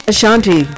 Ashanti